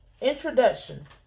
Introduction